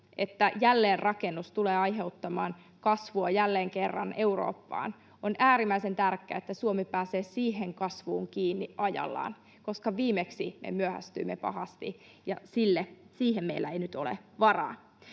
että jälleenrakennus tulee aiheuttamaan kasvua jälleen kerran Eurooppaan. On äärimmäisen tärkeää, että Suomi pääsee siihen kasvuun kiinni ajallaan, koska viimeksi me myöhästyimme pahasti, ja siihen meillä ei nyt ole varaa.